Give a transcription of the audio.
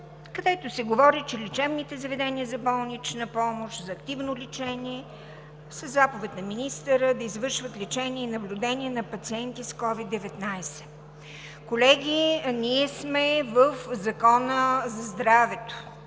където се говори, че лечебните заведения за болнична помощ, за активно лечение, със заповед на министъра да извършват лечение и наблюдение на пациенти с COVID-19. Колеги, ние сме в Закона за здравето.